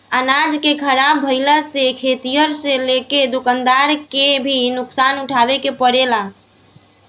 अनाज के ख़राब भईला से खेतिहर से लेके दूकानदार के भी नुकसान उठावे के पड़ेला